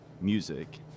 music